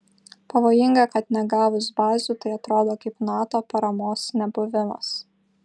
pavojinga kad negavus bazių tai atrodo kaip nato paramos nebuvimas